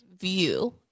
view